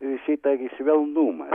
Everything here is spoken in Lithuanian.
šitą gi švelnumą